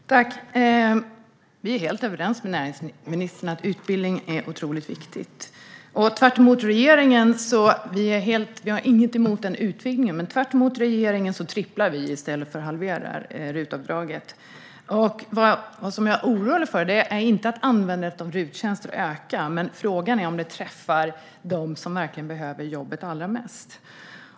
Herr talman! Vi är helt överens med näringsministern om att utbildning är otroligt viktigt. Och vi har inget emot utvidgningen, men tvärtemot regeringen tredubblar vi i stället för att halvera RUT-avdraget. Vad jag oroar mig för är inte att användandet av RUT-tjänster ökar. Men frågan är om det träffar dem som verkligen behöver jobbet allra mest.